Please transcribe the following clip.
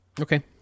Okay